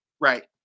Right